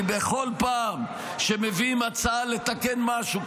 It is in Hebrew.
כי בכל פעם שמביאים הצעה לתקן משהו,